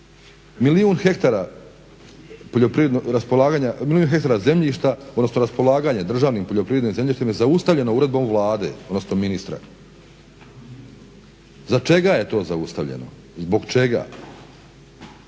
koje je Europa davno riješila. Milijun hektara zemljišta odnosno raspolaganjem državnim poljoprivrednim zemljištem je zaustavljeno uredbom Vlade, odnosno ministra. Za čega je to zaustavljeno? Zbog čega.